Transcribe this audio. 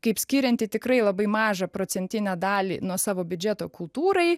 kaip skirianti tikrai labai mažą procentinę dalį nuo savo biudžeto kultūrai